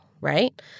right